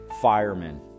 firemen